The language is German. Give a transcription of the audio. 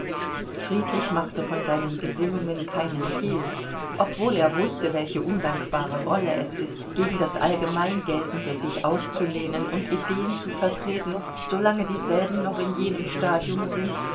friedrich machte von seinen gesinnungen kein hehl obwohl er wußte welche undankbare rolle es ist gegen das allgemein geltende sich aufzulehnen und ideen zu vertreten so lange dieselben noch in jenem stadium sind